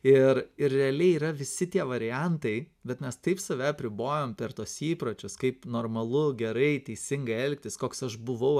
ir ir realiai yra visi tie variantai bet mes taip save apribojam per tuos įpročius kaip normalu gerai teisingai elgtis koks aš buvau